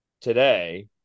today